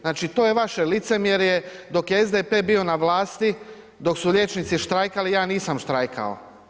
Znači to je vaše licemjerje, dok je SDP bio na vlasti, dok su liječnici štrajkali, ja nisam štrajkao.